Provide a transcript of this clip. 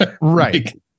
right